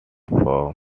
from